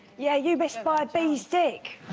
yeah you missed by b's dick